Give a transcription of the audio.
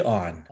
on